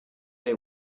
they